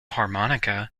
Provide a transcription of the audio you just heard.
harmonica